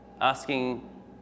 asking